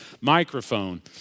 microphone